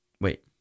Wait